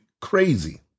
crazy